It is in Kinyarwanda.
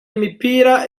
imipira